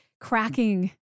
cracking